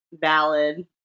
Valid